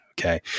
Okay